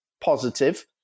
positive